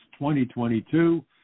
2022